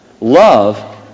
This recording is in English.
Love